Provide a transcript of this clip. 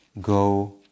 go